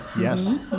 Yes